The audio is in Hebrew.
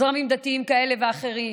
של זרמים דתיים כאלה ואחרים.